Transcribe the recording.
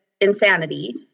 insanity